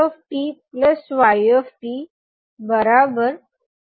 કારણ કે આ અસોસીએટીવ છે તમે બંને માંથી કોઈ પણ રીત કોન્વોલ્યુશન ઇન્ટિગ્રલ મેળવવા ઉપયોગમાં લઈ શકો